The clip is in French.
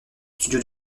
studio